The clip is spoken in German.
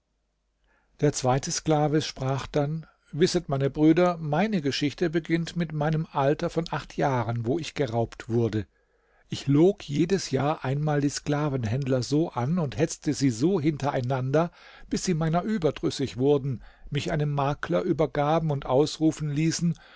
der zweite sklave sprach dann wisset meine brüder meine geschichte beginnt mit meinem alter von acht jahren wo ich geraubt wurde ich log jedes jahr einmal die sklavenhändler so an und hetzte sie so hintereinander bis sie meiner überdrüssig wurden mich einem makler übergaben und ausrufen ließen